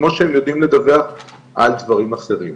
כמו שהם יודעים לדווח על דברים אחרים.